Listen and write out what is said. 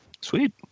sweet